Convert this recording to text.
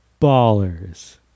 Ballers